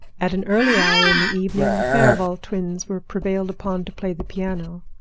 at an early hour in the evening the farival twins were prevailed upon to play the piano.